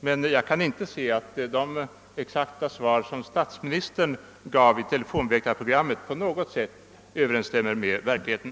Men jag kan inte se att de exakta svar som statsministern gav i telefon väktarprogrammet på något vis överensstämmer med verkligheten.